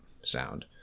sound